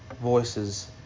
voices